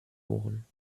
ohren